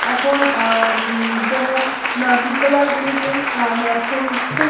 এখন যেমন বিদ্যালয়গুলিতেই এখন খুব